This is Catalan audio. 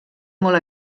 molt